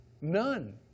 None